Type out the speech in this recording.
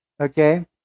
okay